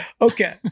Okay